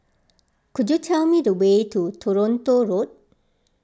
could you tell me the way to Toronto Road